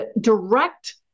direct